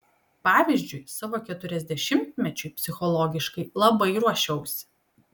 pavyzdžiui savo keturiasdešimtmečiui psichologiškai labai ruošiausi